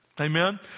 Amen